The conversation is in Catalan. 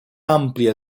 àmplia